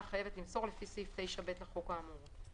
חייבת למסור לפי סעיף 9(ב) לחוק האמור.